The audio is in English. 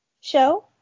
show